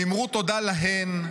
ואמרו תודה להן,